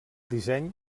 disseny